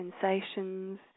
sensations